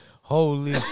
Holy